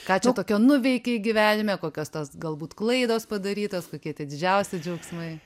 ką čia tokio nuveikei gyvenime kokios tos galbūt klaidos padarytos kokie tie didžiausi džiaugsmai